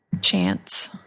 chance